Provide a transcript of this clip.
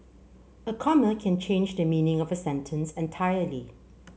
a comma can change the meaning of a sentence entirely